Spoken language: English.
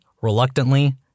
reluctantly